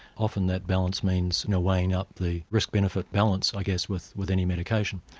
often that balance means and weighing up the risk benefit balance, i guess, with with any medication.